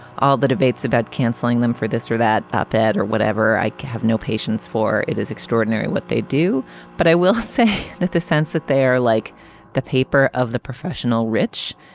all the debates about canceling them for this or that up or or whatever i have no patience for it is extraordinary what they do but i will say that the sense that they're like the paper of the professional rich